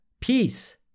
peace